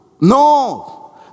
No